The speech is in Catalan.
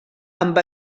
amb